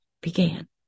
began